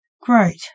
Great